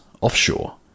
offshore